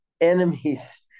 enemies